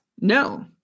No